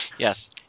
Yes